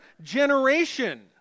generation